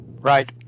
Right